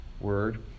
word